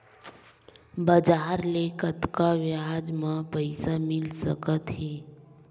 बजार ले कतका ब्याज म पईसा मिल सकत हे?